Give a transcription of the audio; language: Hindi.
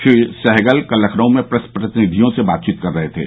श्री सहगल कल लखनऊ में प्रेस प्रतिनिधियों से बातचीत कर रहे थे